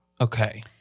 Okay